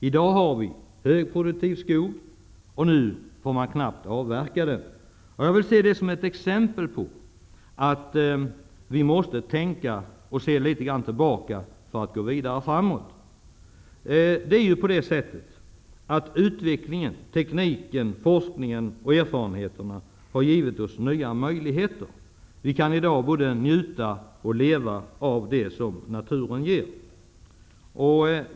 I dag har vi där högproduktiv skog, och nu får man knappt avverka den skogen. Jag tar detta som exempel på att vi måste tänka och se litet grand tillbaka för att kunna gå vidare framåt. Utvecklingen, tekniken, forskningen och erfarenheterna har givit oss nya möjligheter. Vi kan i dag både njuta och leva av det som naturen ger.